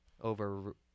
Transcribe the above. over